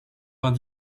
vingt